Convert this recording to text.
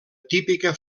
típica